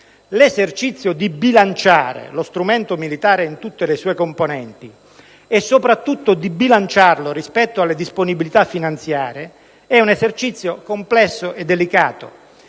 L'esercizio di bilanciare lo strumento militare in tutte le sue componenti, e soprattutto di bilanciarlo rispetto alle disponibilità finanziarie, è un esercizio complesso e delicato